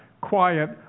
quiet